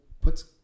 puts